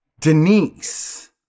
Denise